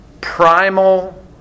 primal